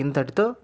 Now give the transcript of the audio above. ఇంతటితో